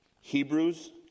Hebrews